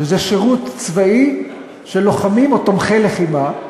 שזה שירות צבאי של לוחמים או תומכי לחימה,